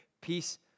peace